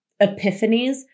epiphanies